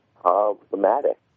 problematic